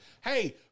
hey